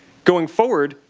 going forward,